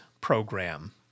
program